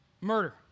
murder